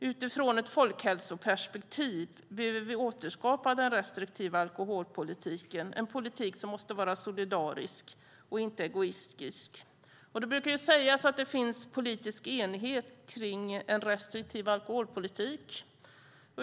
Utifrån ett folkhälsoperspektiv behöver vi återskapa den restriktiva alkoholpolitiken, en politik som måste vara solidarisk och inte egoistisk. Det brukar sägas att det finns politisk enighet kring en restriktiv alkoholpolitik.